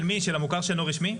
של המוכר שאינו רשמי?